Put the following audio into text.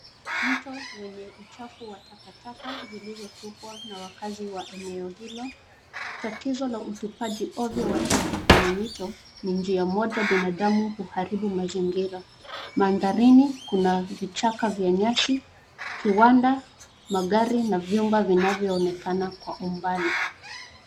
Mto wenye uchafu wa takataka zilizotupwa na wakazi wa eneo hilo. Tatizo la utupaji ovyo wa taka kwenye mito, ni njia moja binadamu huharibu mazingira. Mandharini kuna vichaka vya nyasi, kiwanda, magari na vyumba vinavyoonekana kwa umbali.